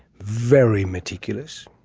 very meticulous.